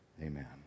amen